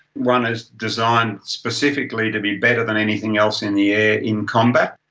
one is designed specifically to be better than anything else in the air in combat,